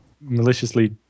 maliciously